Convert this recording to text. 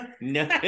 No